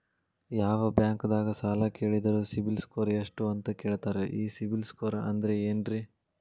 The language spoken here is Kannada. ಯಾವ ಬ್ಯಾಂಕ್ ದಾಗ ಸಾಲ ಕೇಳಿದರು ಸಿಬಿಲ್ ಸ್ಕೋರ್ ಎಷ್ಟು ಅಂತ ಕೇಳತಾರ, ಈ ಸಿಬಿಲ್ ಸ್ಕೋರ್ ಅಂದ್ರೆ ಏನ್ರಿ?